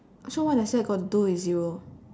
so what does that got to do with zero